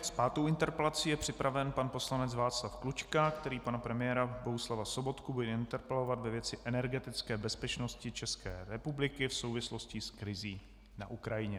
S pátou interpelací je připraven pan poslanec Václav Klučka, který pana premiéra Bohuslava Sobotku bude interpelovat ve věci energetické bezpečnosti České republiky v souvislosti s krizí na Ukrajině.